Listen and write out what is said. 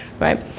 right